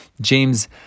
James